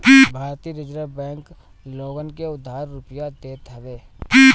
भारतीय reserve bank लोगन के उधार रुपिया देत हवे